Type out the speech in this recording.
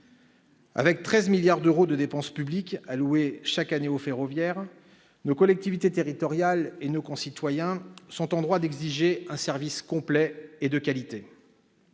Avec 13 milliards d'euros de dépenses publiques allouées chaque année au ferroviaire, nos collectivités territoriales et nos concitoyens sont en droit d'exiger un service complet et de qualité.